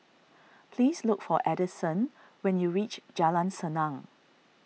please look for Addison when you reach Jalan Senang